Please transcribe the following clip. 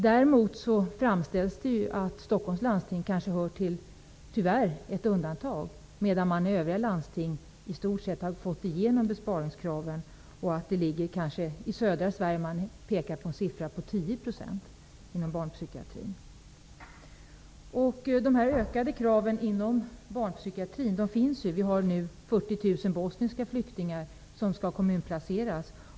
Däremot framställs Stockholms landsting, tyvärr, som ett undantag. I övriga landsting har man i stort sett fått igenom besparingskraven. I södra Sverige är siffran kanske 10 % när det gäller barnpsykiatrin. De ökade kraven inom barnpsykiatrin är ett faktum. Det finns ju 40 000 bosniska flyktingar som skall kommunplaceras.